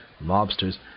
mobsters